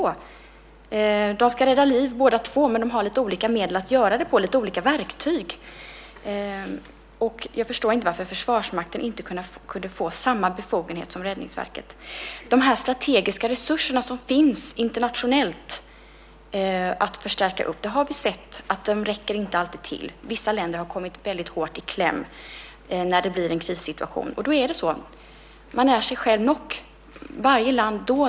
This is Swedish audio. Båda två ska rädda liv, men de har lite olika medel och verktyg för att göra det. Jag förstår inte varför Försvarsmakten inte kunde få samma befogenhet som Räddningsverket. Vi har sett att de strategiska resurser för förstärkning som finns internationellt inte alltid räcker till. Vissa länder har kommit väldigt hårt i kläm när det blivit en krissituation, och då är man sig själv nog i varje land.